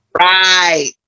Right